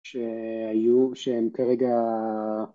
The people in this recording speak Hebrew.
שהיו, שהם כרגע